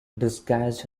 disguised